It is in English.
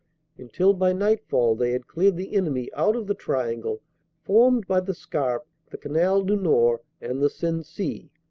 until by nightfall they had cleared the enemy out of the tri angle formed by the scarpe, the canal du nord and the sensee,